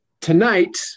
tonight